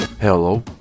Hello